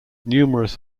numerous